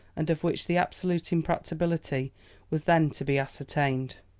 and of which the absolute impracticability was then to be ascertained.